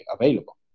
available